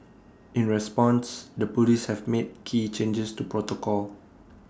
in response the Police have made key changes to protocol